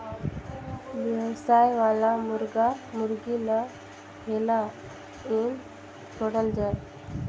बेवसाय वाला मुरगा मुरगी ल हेल्ला नइ छोड़ल जाए